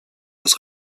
des